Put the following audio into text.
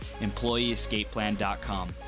EmployeeEscapePlan.com